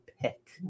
pick